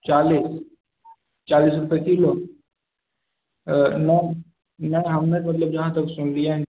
चालीस चालीस रूपए किलो ने नहि हमे मतलब जहाँ तक सुनलियै